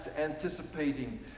anticipating